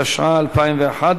התשע"א-2011,